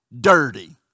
dirty